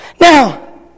Now